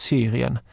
Syrien